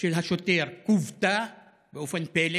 של השוטר עוותה באופן פלא